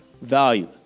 value